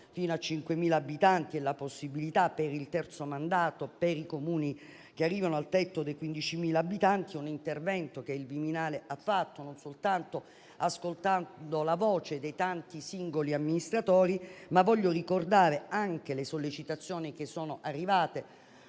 fino a 5.000 abitanti e la possibilità per il terzo mandato per i Comuni che arrivano al tetto dei 15.000 abitanti, è un intervento che il Viminale ha adottato non ascoltando soltanto la voce dei tanti singoli amministratori. Voglio qui ricordare anche le sollecitazioni che sono arrivate